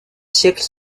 siècle